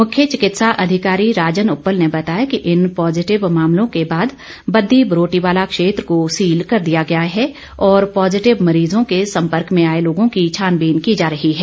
मुख्य चिकित्सा अधिकारी राजन उप्पल ने बताया कि इन पॉजीटिव मामलों के बाद बद्दी बरोटीवालॉ क्षेत्र को सील कर दिया है और पॉजीटिव मरीजों के सम्पर्क में आए लोगों की छानबीन की जा रही है